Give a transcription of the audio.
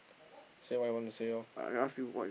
say what I want to say loh